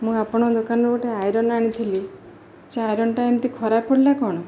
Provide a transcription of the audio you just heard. ମୁଁ ଆପଣଙ୍କ ଦୋକାନରୁ ଗୋଟେ ଆଇରନ୍ ଆଣିଥିଲି ସେ ଆଇରନ୍ଟା ଏମିତି ଖରାପ ପଡ଼ିଲା କ'ଣ